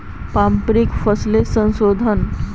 पारंपरिक फसलेर संशोधन